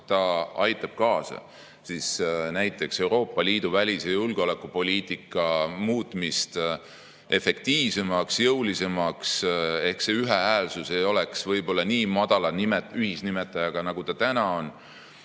see aitab kaasa näiteks Euroopa Liidu välis- ja julgeolekupoliitika muutmisele efektiivsemaks ja jõulisemaks ehk ühehäälsus ei oleks võib-olla nii madala ühisnimetajaga, nagu ta täna on.